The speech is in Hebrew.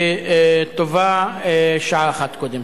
וטובה שעה אחת קודם.